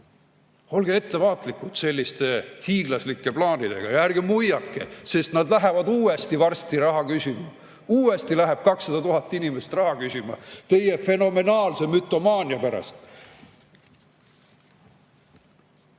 Olge ettevaatlikud selliste hiiglaslike plaanidega. Ja ärge muiake, sest nad lähevad uuesti varsti raha küsima. Uuesti läheb 200 000 inimest raha küsima teie fenomenaalse mütomaania pärast.